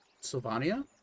Sylvania